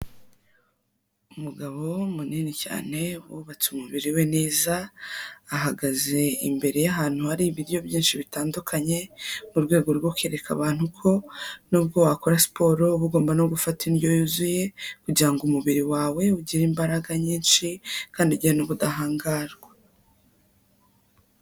Umugabo munini cyane wubatse umubiri we neza, ahagaze imbere y'ahantu hari ibiryo byinshi bitandukanye, mu rwego rwo kwereka abantu ko n'ubwo wakora siporo uba ugomba no gufata indyo yuzuye, kugira ngo umubiri wawe ugire imbaraga nyinshi kandi ugire n'ubudahangarwa.